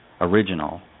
original